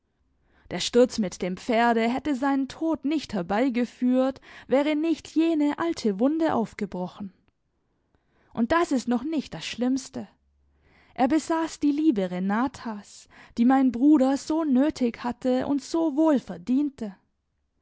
der sturz mit dem pferde hätte seinen tod nicht herbeigeführt wäre nicht jene alte wunde aufgebrochen und das ist noch nicht das schlimmste er besaß die liebe renatas die mein bruder so nötig hatte und so